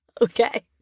Okay